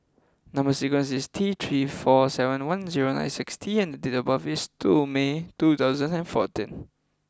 number sequence is T three four seven one zero nine six T and date of birth is two May two thousand and fourteen